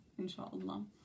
insha'Allah